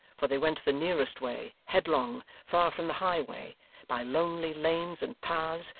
for they went the nearest way headlong far from the highway by lonely lanes and paths,